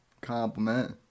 compliment